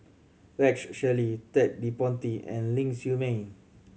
Rex Shelley Ted De Ponti and Ling Siew May